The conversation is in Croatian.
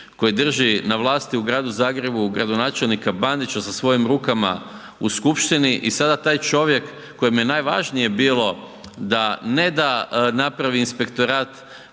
koji drži na vlasti u gradu Zagrebu gradonačelnika Bandića sa svojim rukama u skupštini i sada taj čovjek kojem je najvažnije bilo ne da napravi inspektora